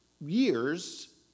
years